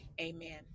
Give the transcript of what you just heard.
amen